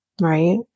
right